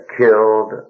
killed